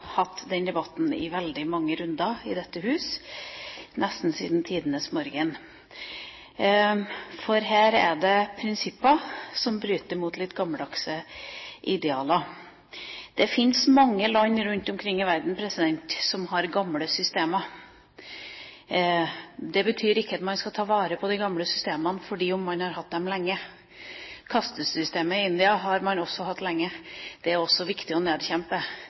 hatt den debatten i veldig mange runder i dette hus, nesten siden tidenes morgen, for her er det prinsipper som bryter mot litt gammeldagse idealer. Det fins mange land rundt omkring i verden som har gamle systemer. Det betyr ikke at man skal ta vare på de gamle systemene fordi om man har hatt dem lenge. Kastesystemet i India har man også hatt lenge. Det er det også viktig å nedkjempe.